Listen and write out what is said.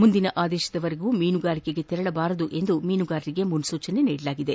ಮುಂದಿನ ಆದೇಶದವರೆಗೂ ಮೀನುಗಾರಿಕೆಗೆ ತೆರಳಬಾರದು ಎಂದು ಮೀನುಗಾರರಿಗೆ ಮುನ್ಲೂಚನೆ ನೀಡಲಾಗಿದೆ